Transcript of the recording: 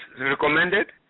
recommended